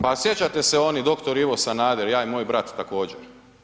Pa sjećate se onih dr. Ivo Sanader, ja i moj brat također.